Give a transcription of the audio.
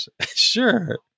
sure